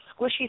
squishy